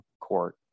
court